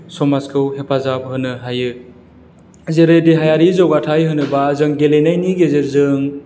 समाजखौ हेफाजाब होनो हायो जेरै देहायारि जौगाथाय होनोब्ला जों गेलेनायनि गेजेरजों